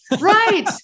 right